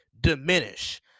diminish